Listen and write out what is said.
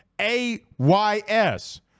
A-Y-S